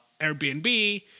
Airbnb